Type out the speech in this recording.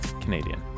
Canadian